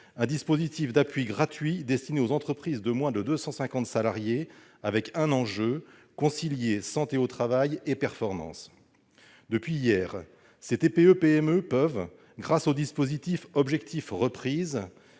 un dispositif d'appui gratuit destiné aux entreprises de moins de 250 salariés, avec un enjeu : concilier santé au travail et performance. Depuis hier, ces TPE-PME peuvent, grâce au dispositif « Objectif reprise